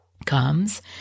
comes